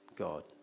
God